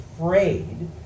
afraid